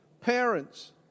parents